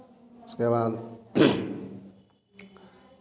उसके बाद